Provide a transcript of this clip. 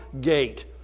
gate